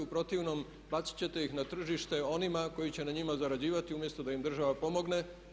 U protivnom baciti ćete ih na tržište onima koji će na njima zarađivati umjesto da im država pomogne.